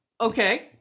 Okay